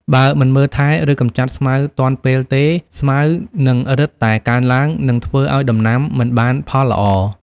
បើមិនមើលថែ ឬកម្ចាត់ស្មៅទាន់ពេលទេ ស្មៅនឹងរឹតតែកើនឡើង និងធ្វើឱ្យដំណាំមិនបានផលល្អ។